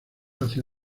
hacia